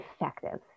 effective